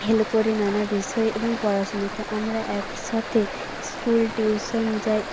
help করি নানা বিষয়ে এবং পড়াশোনাতে আমরা একসাথে স্কুল টিউশন যাই